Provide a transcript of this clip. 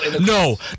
No